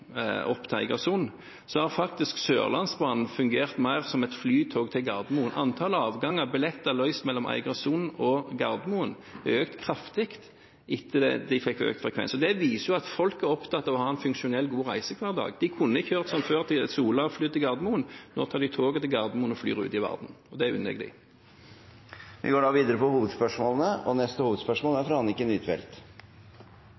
billetter løst mellom Egersund og Gardermoen har økt kraftig etter at de fikk økt frekvens på avgangene. Det viser at folk er opptatt av å ha en funksjonell og god reisehverdag. De kunne gjort som før, kjørt til Sola og flydd til Gardermoen, men nå tar de toget til Gardermoen og flyr ut i verden – og det unner jeg dem. Vi går videre til neste hovedspørsmål.